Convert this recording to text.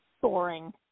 soaring